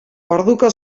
orduko